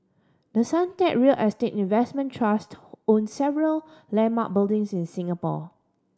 the Suntec real estate investment trust owns several landmark buildings in Singapore